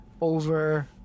over